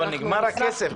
נגמר הכסף.